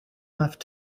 left